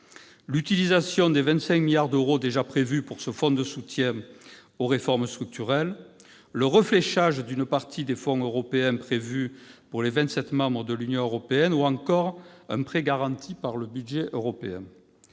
l'utilisation des 25 milliards d'euros déjà prévus pour ce fonds de soutien aux réformes structurelles ; le « refléchage » d'une partie des fonds européens prévus pour les 27 membres de l'Union européenne ; ou encore un prêt garanti par le budget européen.